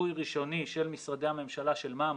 מיפוי ראשוני של משרדי הממשלה, של מה המצב,